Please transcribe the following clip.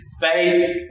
faith